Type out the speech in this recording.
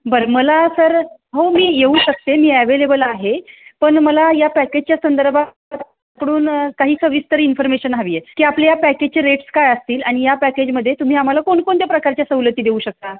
बरं मला सर हो मी येऊ शकते मी ॲवेलेबल आहे पण मला या पॅकेजच्या संदर्भात आपल्याकडून काही सविस्तर इन्फॉर्मेशन हवी आहे की आपल्या या पॅकेजचे रेट्स काय असतील आणि या पॅकेजमध्ये तुम्ही आम्हाला कोणकोणत्या प्रकारच्या सवलती देऊ शकता